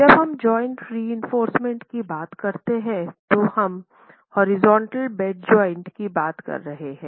जब हम joint reinforcement की बात करते हैं तो हम हॉरिजॉन्टल बेड जॉइंट की बात कर रहे हैं